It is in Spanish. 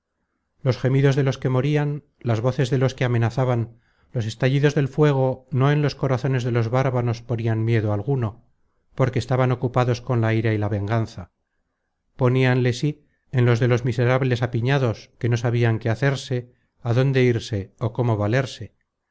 los gemidos de los que morian las voces de los que amenazaban los estallidos del fuego no en los corazones de los bárbaros ponian miedo alguno porque estaban ocupados con la ira y la venganza poníanle sí en los de los miserables apiñados que no sabian qué hacerse adónde irse ó cómo valerse